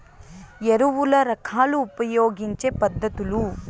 ఎరువుల రకాలు ఉపయోగించే పద్ధతులు?